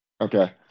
Okay